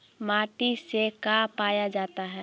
माटी से का पाया जाता है?